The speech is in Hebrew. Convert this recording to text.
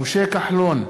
משה כחלון,